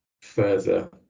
further